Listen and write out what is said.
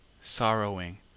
sorrowing